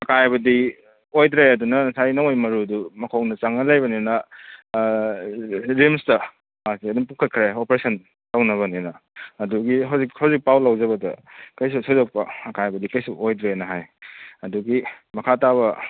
ꯑꯀꯥꯏꯕꯗꯤ ꯑꯣꯏꯗ꯭ꯔꯦ ꯑꯗꯨꯅ ꯉꯁꯥꯏ ꯅꯣꯡꯃꯩ ꯃꯔꯨꯗꯨ ꯃꯈꯣꯡꯗ ꯆꯪꯉ ꯂꯩꯕꯅꯤꯅ ꯔꯤꯝꯁꯇ ꯃꯥꯁꯤ ꯑꯗꯨꯝ ꯄꯨꯈꯠꯈ꯭ꯔꯦ ꯑꯣꯄ꯭ꯔꯦꯁꯟ ꯇꯧꯅꯕꯅꯦꯅ ꯑꯗꯨꯒꯤ ꯍꯧꯖꯤꯛ ꯍꯧꯖꯤꯛ ꯄꯥꯎ ꯂꯧꯖꯕꯗ ꯀꯩꯁꯨ ꯊꯣꯏꯗꯣꯛꯄ ꯑꯀꯥꯏꯕꯗꯤ ꯀꯩꯁꯨ ꯑꯣꯏꯗ꯭ꯔꯦꯅ ꯍꯥꯏ ꯑꯗꯨꯒꯤ ꯃꯈꯥ ꯇꯥꯕ